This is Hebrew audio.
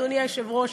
אדוני היושב-ראש,